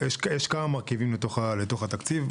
יש כמה מרכיבים בתקציב.